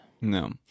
No